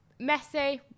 messi